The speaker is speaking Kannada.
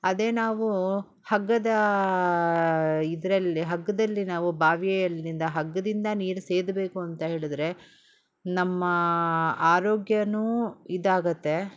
ಅದೇ ನಾವು ಹಗ್ಗದ ಇದರಲ್ಲಿ ಹಗ್ಗದಲ್ಲಿ ನಾವು ಬಾವಿಯಲ್ಲಿಂದ ಹಗ್ಗದಿಂದ ನೀರು ಸೇದಬೇಕು ಅಂತ ಹೇಳಿದ್ರೆ ನಮ್ಮ ಆರೋಗ್ಯ ಇದಾಗುತ್ತೆ